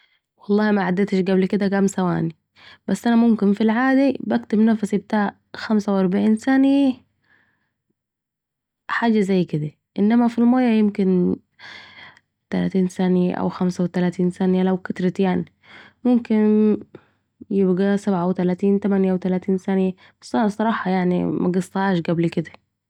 والله معديتش قبل كده كام ثواني ، بس أنا ممكن في العادي بكتم نفسي بتاع خمسه و اربعين ثانيه حاجه زي كده إنما في الميه يمكن ثلاثين ثانية أو خمسة وثلاثين ثانيه لو كترت يعني ممكت بقي سبعة وتلاتين تمنيه و تلاتين ثانيه بس أنا الصراحه مقصتهاش قبل كده